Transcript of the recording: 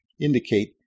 indicate